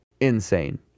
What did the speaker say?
insane